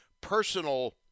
personal